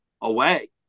away